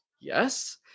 yes